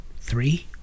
three